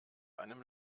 einem